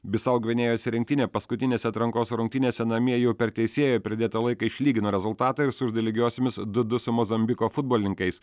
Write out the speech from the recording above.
bisau gvinėjos rinktinė paskutinėse atrankos rungtynėse namie jau per teisėjo pridėtą laiką išlygino rezultatą ir sužaidė lygiosiomis du du su mozambiko futbolininkais